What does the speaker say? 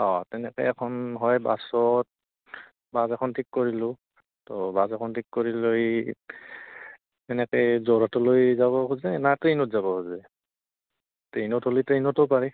অঁ তেনেকৈ এখন হয় বাছত বাছ এখন ঠিক কৰিলোঁ ত' বাছ এখন ঠিক কৰি লৈ তেনেকৈ যোৰহাটলৈ যাব খোজে না ট্ৰেইনত যাব খোজে ট্ৰেইনত হ'লে ট্ৰেইনতো পাৰি